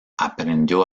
aprendió